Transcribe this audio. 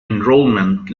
enrollment